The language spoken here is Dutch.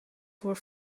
voor